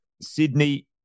Sydney